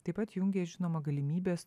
taip pat jungia žinoma galimybės